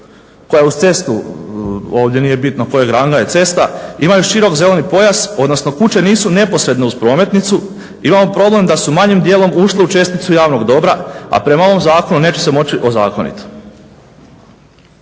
koja uz cestu, ovdje nije bitno kojeg ranga je cesta, imaju širok zeleni pojas, odnosno kuće nisu neposredno uz prometnicu imamo problem da su manjim dijelom ušle u česticu javnog dobra, a prema ovom zakonu neće se moći ozakoniti.